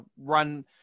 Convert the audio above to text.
run –